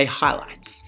highlights